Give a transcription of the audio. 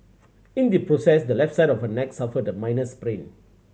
in the process the left side of neck suffered a minor sprain